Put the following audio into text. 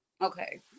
Okay